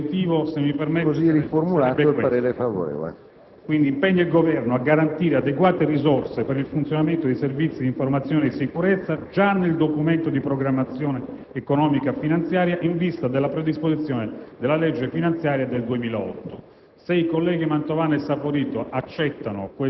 la parola "già". Il testo del dispositivo reciterebbe quindi: «impegna il Governo a garantire adeguate risorse per il funzionamento dei Servizi di informazione e di sicurezza già nel Documento di programmazione economico-finanziaria, in vista della predisposizione della legge finanziaria per il 2008».